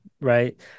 Right